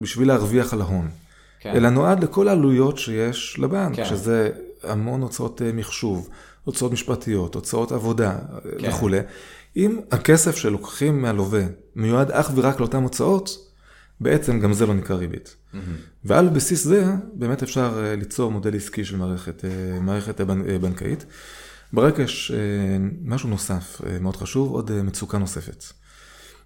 בשביל להרוויח על ההון, אלא נועד לכל העלויות שיש לבנק, שזה המון הוצאות מחשוב, הוצאות משפטיות, הוצאות עבודה וכולי. אם הכסף שלוקחים מהלווה מיועד אך ורק לאותן הוצאות, בעצם גם זה לא נקרא ריבית. ועל בסיס זה באמת אפשר ליצור מודל עסקי של מערכת בנקאית. ברקע יש משהו נוסף מאוד חשוב, עוד מצוקה נוספת.